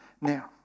Now